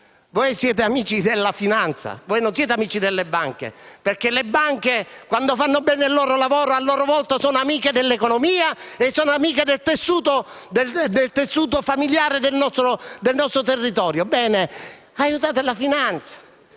Voi siete amici della finanza, non siete amici delle banche perché le banche, quando fanno bene il loro lavoro, a loro volta sono amiche dell'economia e sono amiche del tessuto familiare del nostro territorio. Bene: aiutate la finanza